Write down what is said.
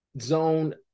zone